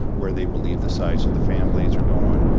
where they believe the sides of the fan blades are going,